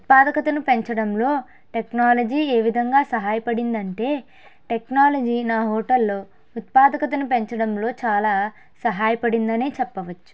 ఉత్పాదకతను పెంచడంలో టెక్నాలజీ ఏ విధంగా సహాయ పడిందంటే టెక్నాలజీ నా హోటల్లో ఉత్పాదకతను చాలా సహాయపడిందనే చెప్పవచ్చు